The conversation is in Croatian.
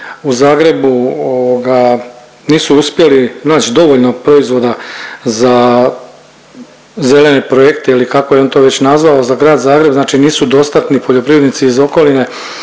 u Zagrebu ovoga nisu uspjeli nać dovoljno proizvoda za zelene projekte ili kako je on to već nazvao, za Grad Zagreb, znači nisu dostatni poljoprivrednici iz okoline